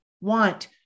want